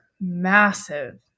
massive